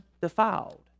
defiled